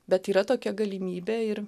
bet yra tokia galimybė ir